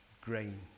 grain